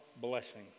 blessing